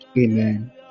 Amen